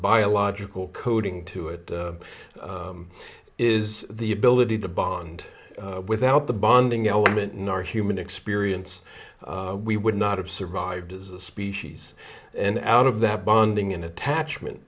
biological coding to it is the ability to bond without the bonding element in our human experience we would not have survived as a species and out of that bonding and attachment